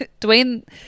dwayne